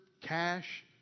cash